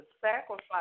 sacrifice